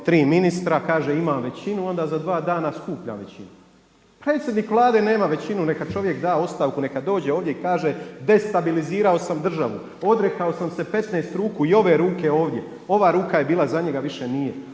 tri ministra, kaže imam većinu onda za dva skupljam većinu. Predsjednik Vlade nema većinu neka čovjek da ostavku neka dođe ovdje i kaže destabilizirao sam državu, odrekao sam se 15 ruku i ove ruke ovdje, ova ruka je bila za njega više nije.